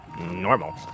normal